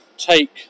take